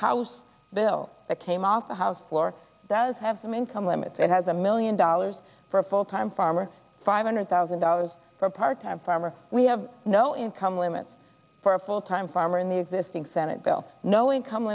house bill that came off the house floor does have some income limits and has a million dollars for a full time farmer five hundred thousand dollars for a part time farmer we have no income limit for a full time farmer in the existing senate bill no income